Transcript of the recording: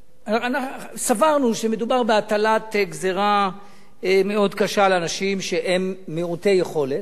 סברנו שמדובר בהטלת גזירה מאוד קשה על אנשים שהם מעוטי יכולת,